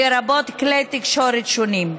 לרבות כלי תקשורת שונים.